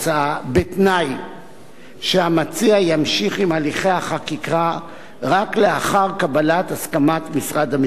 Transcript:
ובתנאי שהמציע ימשיך בהליכי החקיקה רק לאחר קבלת הסכמת משרד המשפטים.